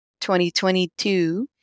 2022